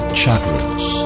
chakras